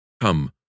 Come